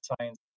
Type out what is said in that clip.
science